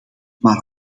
maar